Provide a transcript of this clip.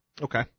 Okay